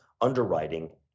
underwriting